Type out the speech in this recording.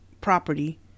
property